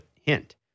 hint